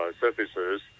services